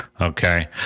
Okay